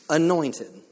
anointed